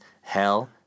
Hell